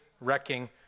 wrecking